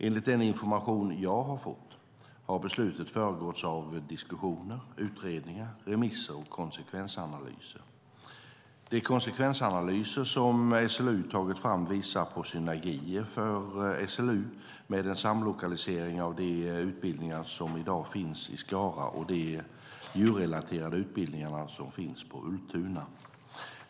Enligt den information jag fått har beslutet föregåtts av diskussioner, utredningar, remisser och konsekvensanalyser. De konsekvensanalyser som SLU tagit fram visar på synergier för SLU med en samlokalisering av de utbildningar som i dag finns i Skara och de djurrelaterade utbildningar som finns på Ultuna.